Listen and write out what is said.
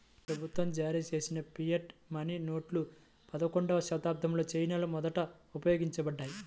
ప్రభుత్వం జారీచేసిన fiat money నోట్లు పదకొండవ శతాబ్దంలో చైనాలో మొదట ఉపయోగించబడ్డాయి